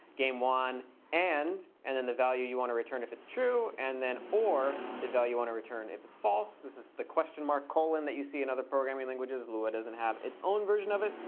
gamewon and, and then the value you want to return if it's true. and then or the value you want to return if it's false. this is the question mark colon that you see in other programming languages. lua doesn't have its own version of it,